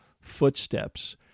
footsteps